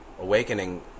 awakening